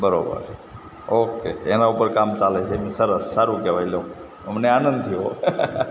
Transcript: બરાબર ઓકે એનાં ઉપર કામ ચાલે છે એમ સરસ સારું કહેવાય લો અમને આનંદ થયો